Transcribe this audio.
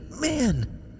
man